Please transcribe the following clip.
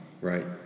Right